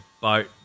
boat